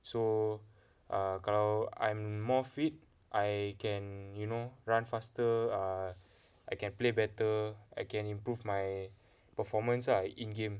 so err kalau I'm more fit I can you know run faster err I can play better I can improve my performance ah in game